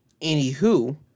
anywho